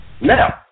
Now